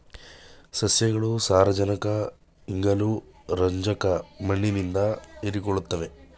ಸಸ್ಯಗಳು ಸಾರಜನಕ ಇಂಗಾಲ ರಂಜಕ ಮಣ್ಣಿನಿಂದ ಹೀರಿಕೊಳ್ಳುತ್ತವೆ